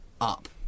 up